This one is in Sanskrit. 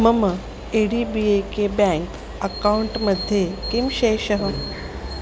मम A D B I K bank account मध्ये कः शेषः